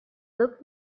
looked